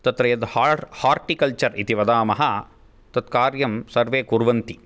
तत्र हा हार्टिकल्चर् इति वदामः तत्कार्यं सर्वे कुर्वन्ति